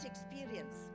experience